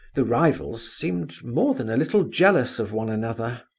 the rivals seemed more than a little jealous of one another.